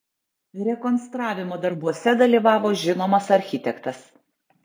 rekonstravimo darbuose dalyvavo žinomas architektas